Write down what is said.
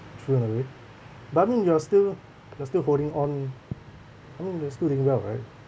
thrown away barney you are still you're still holding on I mean you are still hanging out right